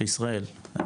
בישראל,